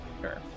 sure